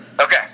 Okay